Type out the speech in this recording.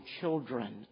children